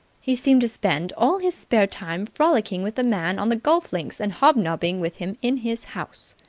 he seemed to spend all his spare time frolicking with the man on the golf-links and hobnobbing with him in his house.